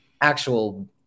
actual